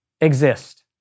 exist